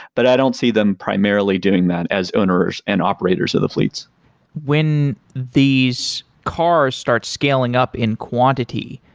but i don't see them primarily doing that as owners and operators of the fleets when these cars start scaling up in quantity,